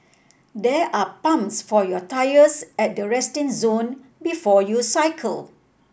there are pumps for your tyres at the resting zone before you cycle